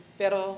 pero